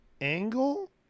Angle